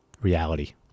reality